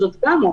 זאת גם אופציה.